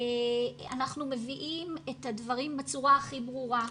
אנחנו מביאים את הדברים בצורה הכי ברורה.